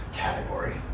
Category